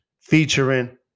featuring